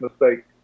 mistake